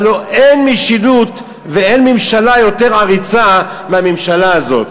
הלוא אין משילות ואין ממשלה יותר עריצה מהממשלה הזאת.